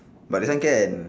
but this one can